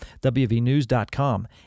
WVNews.com